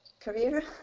career